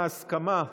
הסכמה?